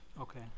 okay